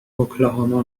اوکلاهاما